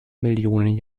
millionen